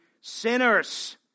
sinners